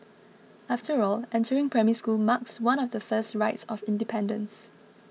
after all entering Primary School marks one of the first rites of independence